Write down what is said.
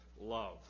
love